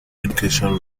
education